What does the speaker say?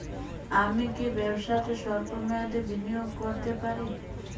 আমি কি ব্যবসাতে স্বল্প মেয়াদি বিনিয়োগ করতে পারি?